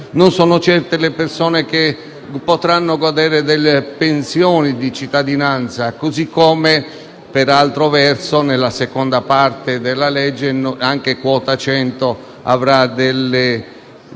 non sono certe le persone che potranno godere delle pensioni di cittadinanza, così come, per altro verso, nella seconda parte della legge, anche quota 100 implicherà